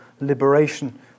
liberation